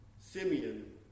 Simeon